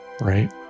right